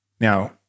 Now